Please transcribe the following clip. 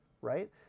right